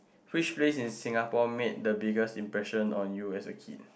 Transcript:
which place in Singapore made the biggest impression on you as a kid